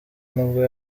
nibwo